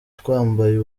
twambaye